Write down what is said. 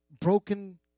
broken